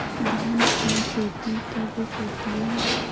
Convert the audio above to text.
धान की खेती कब होती है?